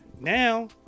now